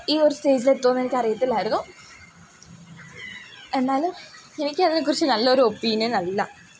ഈ ഒരു സ്റ്റേജിൽ എത്തുമോയെന്ന് എനിക്ക് അറിയത്തില്ലായിരുന്നു എന്നാലും എനിക്കതിനെക്കുറിച്ച് നല്ലൊരു ഒപ്പീനിയൻ അല്ല